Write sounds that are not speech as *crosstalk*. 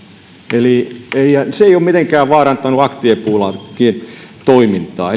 eli se ei ole mitenkään vaarantanut systembolagetin toimintaa *unintelligible*